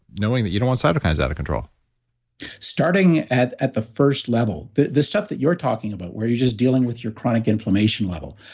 knowing that you don't want cytokines out of control starting at at the first level, the the stuff that you're talking about, where you're just dealing with your chronic inflammation level,